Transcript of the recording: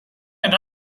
and